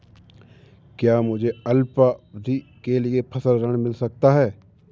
क्या मुझे अल्पावधि के लिए फसल ऋण मिल सकता है?